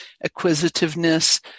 acquisitiveness